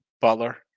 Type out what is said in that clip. Butler